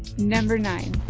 number nine